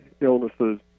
illnesses